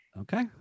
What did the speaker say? Okay